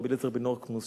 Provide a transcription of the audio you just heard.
רבי אליעזר בן הורקנוס,